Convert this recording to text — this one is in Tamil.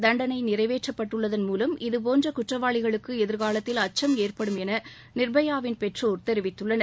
தண்டளை நிறைவேற்றப்பட்டுள்ளதன் மூலம் இதபோன்ற குற்றவாளிகளுக்கு எதிர்காலத்தில் அச்சும் ஏற்படும் என நிர்பயாவின் பெற்றோர் தெரிவித்துள்ளனர்